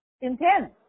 intense